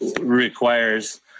requires